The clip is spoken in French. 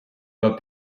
pas